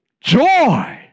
Joy